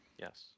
Yes